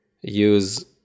use